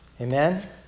Amen